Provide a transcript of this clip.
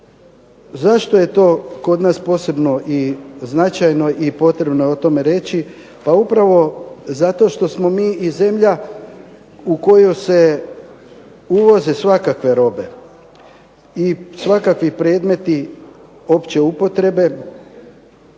Zašto je to kod nas posebno i značajno i potrebno je o tome reći? Pa upravo zato što smo mi i zemlja u koju se uvoze svakakve robe i svakakvi predmeti opće upotrebe